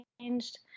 changed